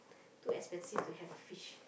too expensive to have a fish